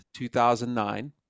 2009